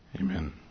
amen